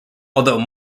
although